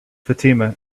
fatima